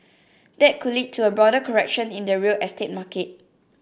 that could lead to a broader correction in the real estate market